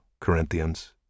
Corinthians